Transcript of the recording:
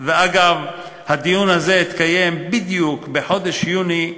ואגב, הדיון הזה התקיים בדיוק בחודש יוני 2004,